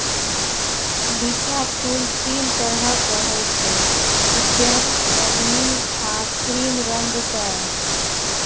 बिंका फुल तीन तरहक होइ छै उज्जर, बैगनी आ क्रीम रंगक